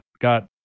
got